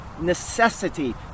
necessity